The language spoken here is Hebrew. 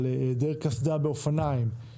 על היעדר קסדה באופניים,